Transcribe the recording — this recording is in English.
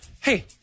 hey